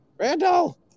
Randall